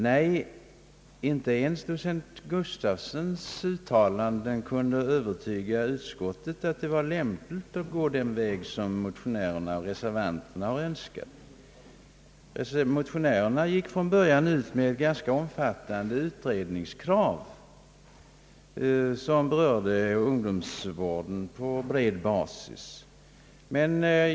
Nej, inte ens docent Gustafssons uttalande kunde övertyga utskottet om det lämpliga i att gå den väg som motionärerna och reservanterna har Önskat. Motionärerna gick från början ut med ett ganska omfattande utredningskrav, som berörde ungdomsvården på bred basis.